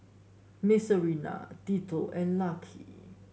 Marcelina Tito and Lucky